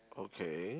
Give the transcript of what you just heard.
okay